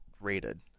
rated